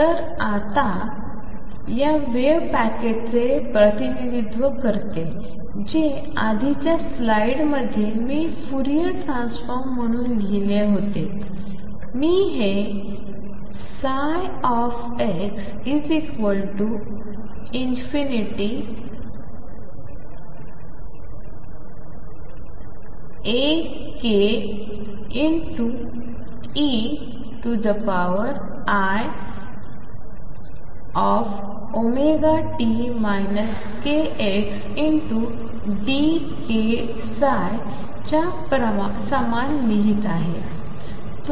तर आता या वेव्ह पॅकेटचे प्रतिनि धित्व करते जे आधीच्या स्लाइड मध्ये मी फुरियर ट्रान्सफॉर्म म्हणून लिहिले होते आणि मी हे ψ ∞ Akeiωt kxdkψ च्या समान लिहित आहे